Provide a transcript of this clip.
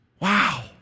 Wow